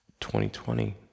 2020